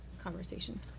conversation